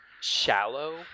shallow